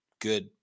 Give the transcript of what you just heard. good